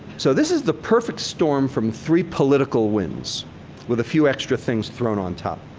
so, this is the perfect storm from three political winds with a few extra things thrown on top.